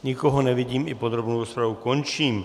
Nikoho nevidím, i podrobnou rozpravu končím.